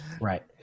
Right